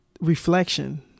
reflection